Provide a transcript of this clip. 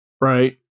Right